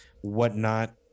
whatnot